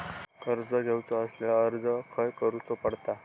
कर्ज घेऊचा असल्यास अर्ज खाय करूचो पडता?